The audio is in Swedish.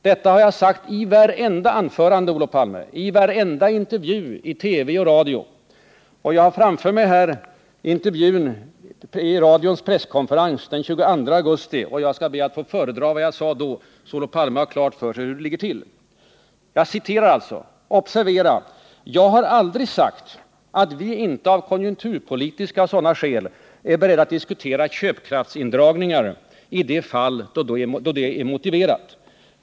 Detta har jag sagt i vartenda anförande, Olof Palme, i varenda intervju i TV och radio. Jag har här framför mig intervjun från radions presskonferens den 22 augusti, och jag skall be att få föredra något av vad jag sade då, så att Olof Palme får klart för sig hur det ligger till. Jag sade: Observera! — ”Jag har aldrig sagt att vi inte av konjunkturpolitiska och sådana skäl är beredda att diskutera köpkraftsindragningar i de fall då det är motiverat.